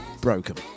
broken